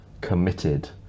committed